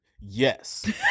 yes